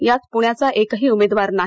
यात पुण्याचा एकही उमेदवार नाही